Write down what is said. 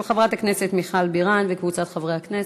של חברת הכנסת מיכל בירן וקבוצת חברי הכנסת.